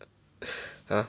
!huh!